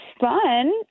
fun